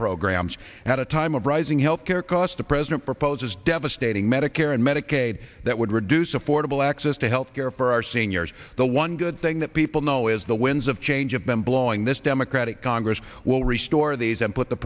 programs at a time of rising health care costs the president proposes devastating medicare and medicaid that would reduce affordable access to health care for our seniors the one good thing that people know is the winds of change have been blowing this democratic congress will restore these and put the